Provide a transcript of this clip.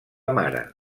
mare